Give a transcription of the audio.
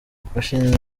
bashinze